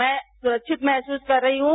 मैं सुरक्षित महसूस कर रही हूं